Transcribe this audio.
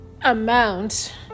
amount